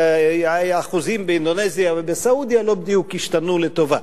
האחוזים באינדונזיה ובסעודיה לא בדיוק ישתנו לטובה.